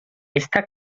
està